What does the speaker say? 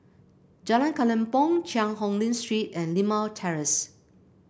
Jalan Kelempong Cheang Hong Lim Street and Limau Terrace